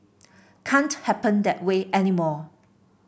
can't happen that way anymore